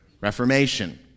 Reformation